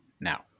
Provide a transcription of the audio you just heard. now